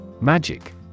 Magic